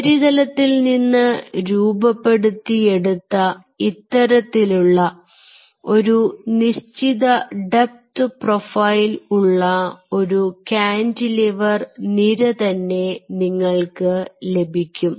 ഉപരിതലത്തിൽനിന്ന് രൂപപ്പെടുത്തിയെടുത്ത ഇത്തരത്തിലുള്ള ഒരു നിശ്ചിത ഡെപ്ത് പ്രൊഫൈൽ ഉള്ള ഒരു കാന്റിലിവർ നിര തന്നെ നിങ്ങൾക്ക് ലഭിക്കും